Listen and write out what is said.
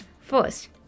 First